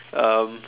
um